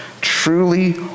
truly